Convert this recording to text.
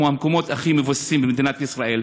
כמו המקומות הכי מבוססים במדינת ישראל.